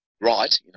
right